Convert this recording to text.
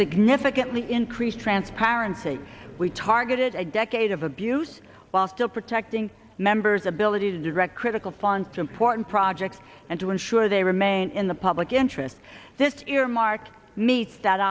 significantly increase transparency we targeted a decade of abuse while still protecting members ability to direct critical functions porton projects and to ensure they remain in the public interest this earmark meets that